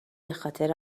بخاطر